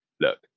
look